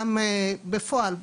גם בפועל,